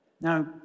Now